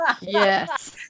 Yes